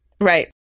Right